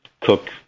cook